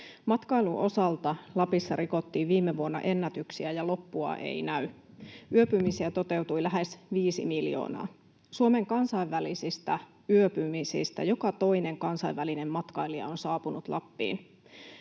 Matkailun osalta Lapissa rikottiin viime vuonna ennätyksiä, ja loppua ei näy. Yöpymisiä toteutui lähes viisi miljoonaa. Suomen kansainvälisistä yöpymisistä joka toinen kansainvälinen matkailija on saapunut Lappiin.